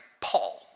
Paul